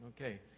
okay